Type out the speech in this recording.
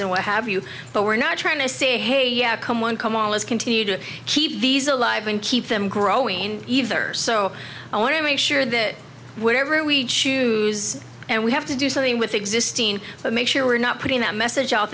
and what have you but we're not trying to say hey come one come all is continue to keep these alive and keep them growing either so i want to make sure that whatever we choose and we have to do something with existing make sure we're not putting that message out